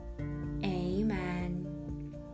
amen